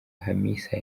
hamisa